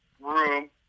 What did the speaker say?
room